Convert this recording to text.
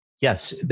Yes